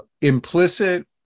Implicit